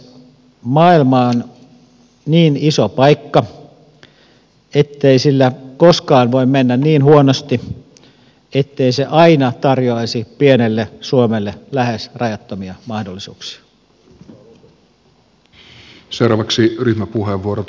maailma on niin iso paikka ettei sillä koskaan voi mennä niin huonosti ettei se aina tarjoaisi pienelle suomelle lähes rajattomia mahdollisuuksia